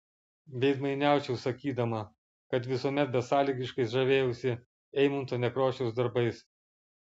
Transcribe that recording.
veidmainiaučiau sakydama kad visuomet besąlygiškai žavėjausi eimunto nekrošiaus darbais